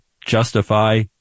justify